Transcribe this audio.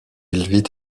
vit